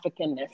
Africanness